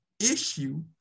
issue